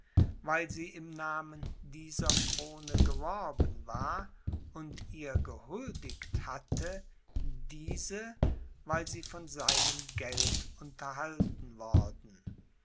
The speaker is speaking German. weil sie im namen dieser krone geworben war und ihr gehuldigt hatte dieses weil sie von seinem geld unterhalten worden